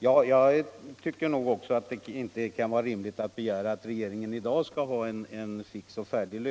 Fru talman! Jag tycker också att det inte kan vara rimligt att begära att regeringen i dag skall ha en lösning fix och färdig,